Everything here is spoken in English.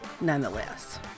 nonetheless